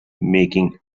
making